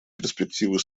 перспективы